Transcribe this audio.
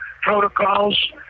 protocols